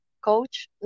coach